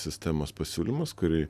sistemos pasiūlymas kurį